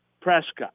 prescott